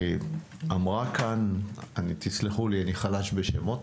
אמרה כאן, תסלחו לי, אני חלש בשמות,